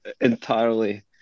entirely